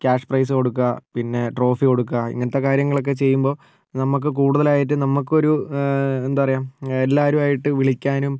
cash prize കൊടുക്കുക പിന്നെ trophy കൊടുക്കുക ഇങ്ങനത്തെ കാര്യങ്ങളൊക്കെ ചെയ്യുമ്പോൾ നമുക്ക് കൂടുതലായിട്ടും നമുക്ക് ഒരു എന്താണ് പറയുക എല്ലാവരുമായിട്ട് വിളിക്കാനും